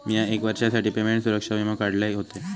मिया एक वर्षासाठी पेमेंट सुरक्षा वीमो काढलय होतय